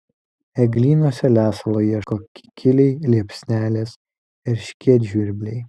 eglynuose lesalo ieško kikiliai liepsnelės erškėtžvirbliai